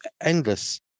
endless